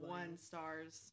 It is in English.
one-stars